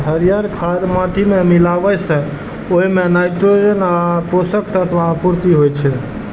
हरियर खाद माटि मे मिलाबै सं ओइ मे नाइट्रोजन आ आन पोषक तत्वक आपूर्ति होइ छै